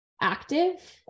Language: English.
active